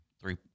Three